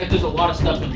there's a lot of stuff